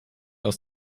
aus